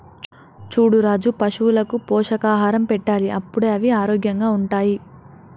చూడు రాజు పశువులకు పోషకాహారం పెట్టాలి అప్పుడే అవి ఆరోగ్యంగా ఉంటాయి